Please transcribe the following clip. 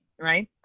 right